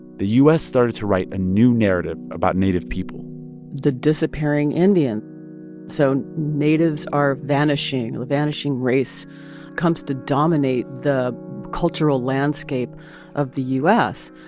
the u s. started to write a new narrative about native people the disappearing indian so natives are vanishing, a vanishing race comes to dominate the cultural landscape of the u s.